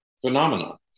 phenomenon